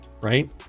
right